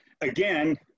again